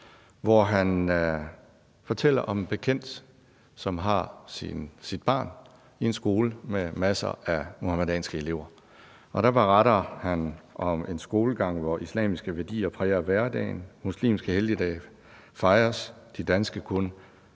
hvor han fortæller om en bekendt, som har sit barn i en skole med masser af muhammedanske elever, og der beretter han om en skolegang, hvor islamiske værdier præger hverdagen, hvor muslimske helligdage fejres, de danske kun